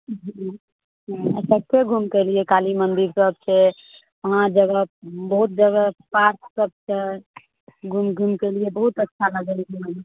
सगठे घुमिके एलियै काली मन्दिर सब छै वहाँ जगह बहुत जगह पार्क सब छै घुमि घुमिके एलियै बहुत अच्छा लागल घुमयमे